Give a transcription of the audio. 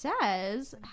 says